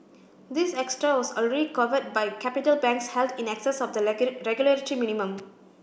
this extra was already covered by capital banks held in excess of the regulatory minimum